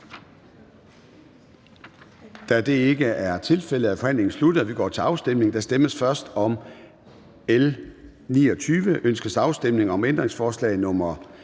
Da det ikke er tilfældet, er forhandlingen sluttet, og vi går til afstemning. Kl. 13:13 Afstemning Formanden (Søren Gade): Ønskes afstemning om ændringsforslag nr.